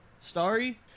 starry